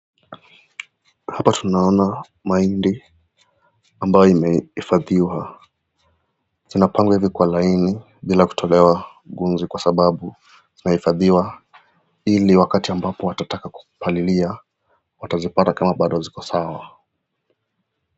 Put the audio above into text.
Hapa unaona maindi ambayo imeifadhiwa. Inapangwa hivi kwa laini bila kutolewa mvi kwa sababu imeifadhiwa ili wakati ambapo watataka kupalilia watazipata kama bado ziko sawa.